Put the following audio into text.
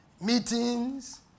Meetings